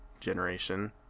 generation